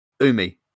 Umi